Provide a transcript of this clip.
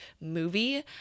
movie